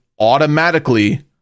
automatically